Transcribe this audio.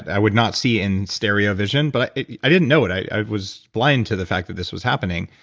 i would not see in stereo vision, but i didn't know it. i was blind to the fact that this was happening,